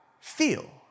feel